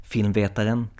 Filmvetaren